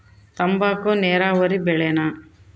ತಂಬಾಕು ನೇರಾವರಿ ಬೆಳೆನಾ?